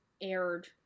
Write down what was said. aired